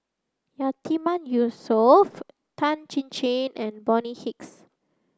Yatiman Yusof Tan Chin Chin and Bonny Hicks